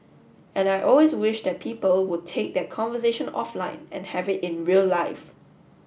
and I always wish that people would take that conversation offline and have it in real life